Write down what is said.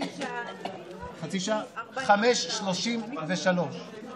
אז אני חושב שלא יהיה נכון שנתחיל את הדיון במצב הזה.